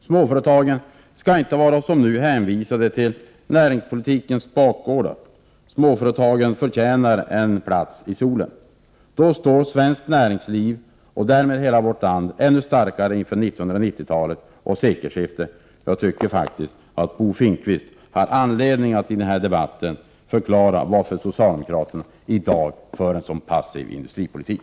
Småföretagen skall inte, som nu, vara hänvisade till näringspolitikens bakgårdar. Småföretagen förtjänar en plats i solen. Då skulle svenskt näringsliv och därmed hela vårt land stå ännu starkare inför 1990-talet och sekelskiftet. Jag tycker faktiskt att Bo Finnkvist har anledning att i denna debatt förklara varför socialdemokraterna i dag för en så passiv industripolitik.